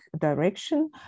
direction